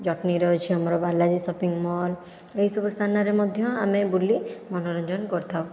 ଜଟଣୀରେ ଅଛି ଆମର ବାଲାଜି ସପିଂ ମଲ୍ ଏହିସବୁ ସ୍ଥାନରେ ମଧ୍ୟ ଆମେ ବୁଲି ମନୋରଞ୍ଜନ କରିଥାଉ